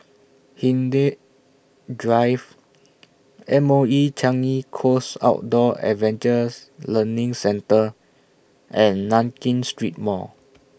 Hindhede Drive M O E Changi Coast Outdoor Adventure Learning Centre and Nankin Street Mall